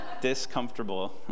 Discomfortable